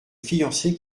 fiancé